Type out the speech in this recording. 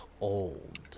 old